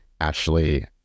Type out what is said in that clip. Ashley